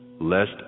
lest